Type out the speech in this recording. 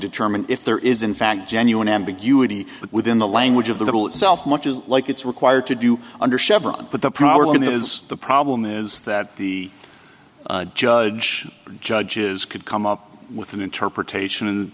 determine if there is in fact genuine ambiguity within the language of the little itself much as like it's required to do under several but the problem is the problem is that the judge judges could come up with an interpretation and